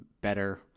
better